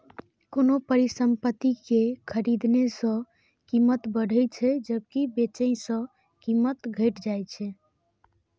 कोनो परिसंपत्ति कें खरीदने सं कीमत बढ़ै छै, जबकि बेचै सं कीमत घटि जाइ छै